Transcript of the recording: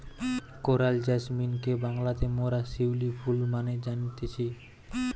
coral জেসমিনকে বাংলাতে মোরা শিউলি ফুল মানে জানতেছি